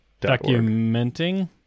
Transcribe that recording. documenting